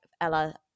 ella